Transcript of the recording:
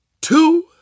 two